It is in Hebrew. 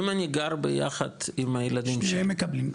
אם אני גר ביחד עם הילדים שלי --- שניהם מקבלים,